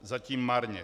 Zatím marně.